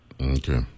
Okay